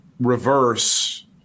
reverse